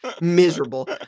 miserable